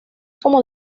como